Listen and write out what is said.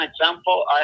example